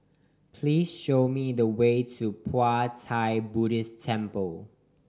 please show me the way to Pu Buddhist Temple